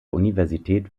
universität